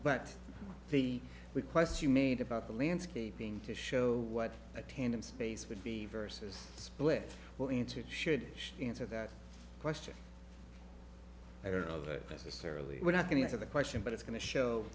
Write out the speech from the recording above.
but the request you made about the landscaping to show what a tandem space would be vs split well answered should she answer that question i don't know that necessarily we're not going to answer the question but it's going to show